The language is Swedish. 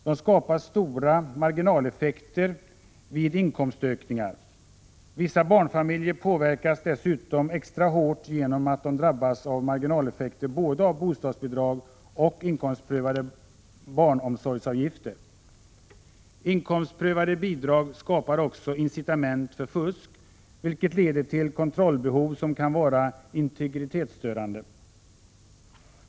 De skapar stora marginaleffekter vid inkomstökningar. Vissa barnfamiljer påverkas dessutom extra hårt genom att de drabbas av marginaleffekter både av bostadsbidrag och inkomstprövade barnomsorgsavgifter. Inkomstprövade bidrag skapar också incitament till fusk, vilket leder till behov av kontroller som kan vara integritetsstörande.